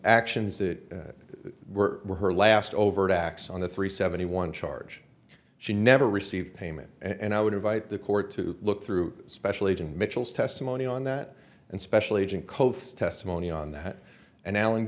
actions that were were her last overt acts on the three seventy one charge she never received payment and i would invite the court to look through special agent mitchell's testimony on that and special agent codes testimony on that and alan